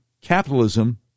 Capitalism